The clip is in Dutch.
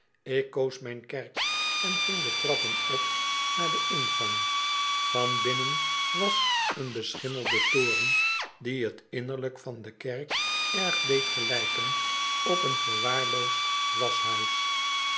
ik koos mijn kerk en ging de trappen op naar den ingang van binnen was een beschimmelde toren die t innerlijke van de kerk erg deed gelijken op een verwaarloosd waschhuis